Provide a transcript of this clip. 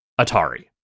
Atari